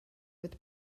with